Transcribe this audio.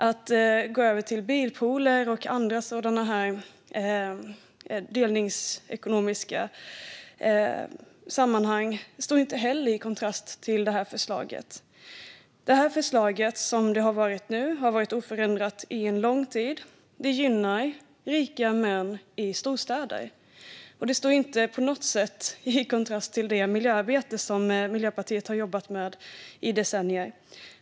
Att gå över till bilpooler och andra delningsekonomiska sammanhang står inte heller i kontrast till förslaget. Den förmån som gäller nu har varit oförändrad under lång tid. Den gynnar rika män i storstäder. Förslaget står inte på något sätt i kontrast till det miljöarbete som Miljöpartiet har jobbat med under decennier.